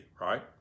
right